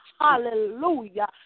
hallelujah